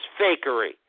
fakery